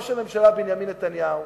ראש הממשלה בנימין נתניהו,